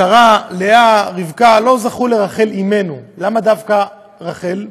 שרה, לאה, רבקה, לא זכו לרחל אמנו, למה דווקא רחל?